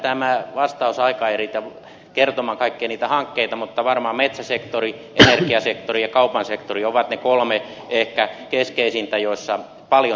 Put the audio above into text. tämä vastausaika ei riitä kertomaan kaikkia niitä hankkeita mutta varmaan metsäsektori energiasektori ja kaupan sektori ovat ne kolme ehkä keskeisintä joissa paljon tapahtuu